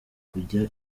kujya